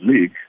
League